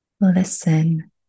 Listen